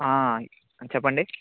చెప్పండి